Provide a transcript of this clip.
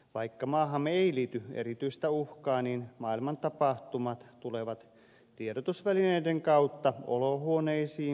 vaikka maahamme ei liity erityistä uhkaa maailman tapahtumat tulevat tiedotusvälineiden kautta olohuoneisiimme